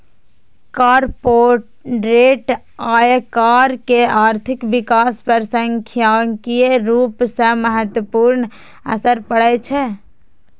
corporate आयकर के आर्थिक विकास पर सांख्यिकीय रूप सं महत्वपूर्ण असर पड़ै छै